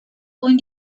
own